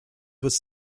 was